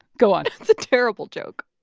go on that's a terrible joke.